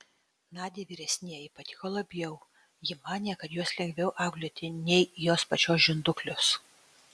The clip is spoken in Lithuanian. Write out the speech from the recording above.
nadiai vyresnieji patiko labiau ji manė kad juos lengviau auklėti nei jos pačios žinduklius